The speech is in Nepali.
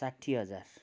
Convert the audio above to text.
साठी हजार